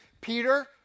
Peter